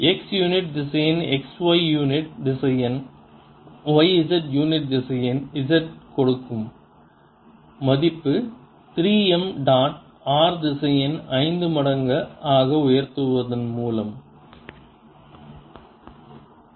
x unit திசையன் x y unit திசையன் y z unit திசையன் z கொடுக்கும் மதிப்பு 3 m டாட் r திசையன் 5 மடங்கு ஆக உயர்த்துவதன் மூலம் m